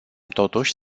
totuși